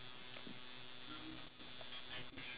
what what food do chicken eat